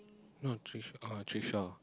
no three oh tree shore